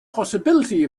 possibility